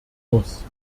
muss